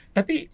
Tapi